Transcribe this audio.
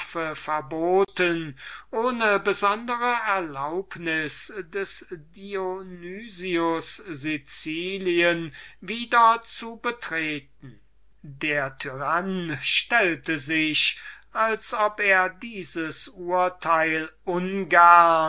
verboten ohne besondere erlaubnis des dionys sicilien wieder zu betreten dionys stellte sich als ob er dieses urteil ungern